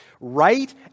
right